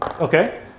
Okay